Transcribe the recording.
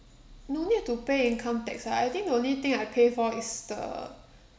no need to pay income tax lah I think the only thing I pay for is the